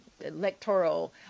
electoral